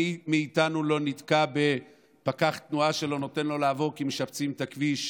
מי מאיתנו לא נתקע בפקח תנועה שלא נותן לו לעבור כי משפצים את הכביש?